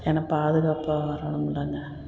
ஏன்னா பாதுகாப்பாக வரணும் இல்லைங்க